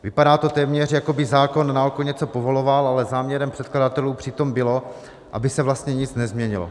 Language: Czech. Vypadá to téměř, jako by zákon naoko něco povoloval, ale záměrem předkladatelů přitom bylo, aby se vlastně nic nezměnilo.